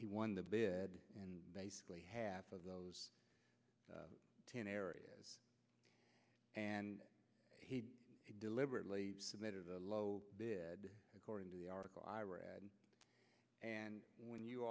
he won the bid in basically half of those ten areas and he deliberately submitted a low bid according to the article i read and when you